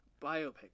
Biopic